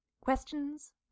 Questions